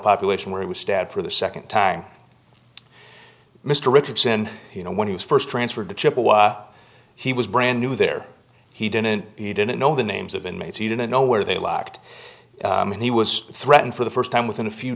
population where he was stabbed for the second time mr richardson you know when he was first transferred to chippewa he was brand new there he didn't he didn't know the names of inmates he didn't know where they locked and he was threatened for the first time within a few